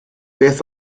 beth